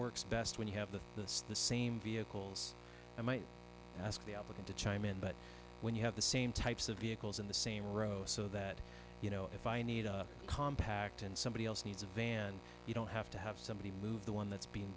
works best when you have the that's the same vehicles i might ask the applicant to chime in but when you have the same types of vehicles in the same row so that you know if i need a compact and somebody else needs a van you don't have to have somebody move the one that's be